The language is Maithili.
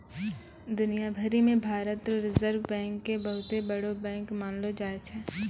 दुनिया भरी मे भारत रो रिजर्ब बैंक के बहुते बड़ो बैंक मानलो जाय छै